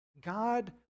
God